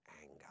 anger